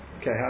Okay